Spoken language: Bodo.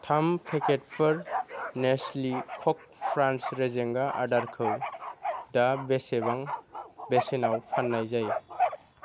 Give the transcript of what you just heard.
थाम पेकेटफोर नेस्लि कक फ्रान्स रेजेंगा आदारखौ दा बेसेबां बेसेनाव फाननाय जायो